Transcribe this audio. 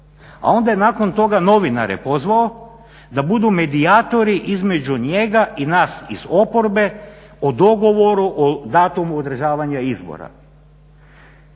A onda je nakon toga novinare pozvao da budu medijatori između njega i nas iz oporbe o dogovoru o datumu održavanja izbora.